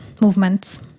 movements